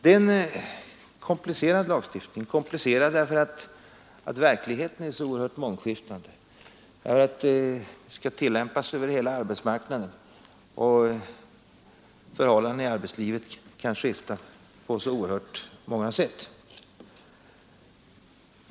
Det är en komplicerad lagstiftning — komplicerad därför att verkligheten är så oerhört mångskiftande, därför att lagstiftningen skall tillämpas över hela arbetsmarknaden och därför att förhållandena i arbetslivet kan skifta på så många sätt.